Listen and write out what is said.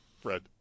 Fred